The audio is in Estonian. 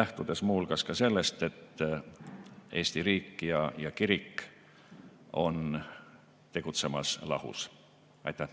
lähtudes muu hulgas sellest, et Eesti riik ja kirik tegutsevad lahus. Veel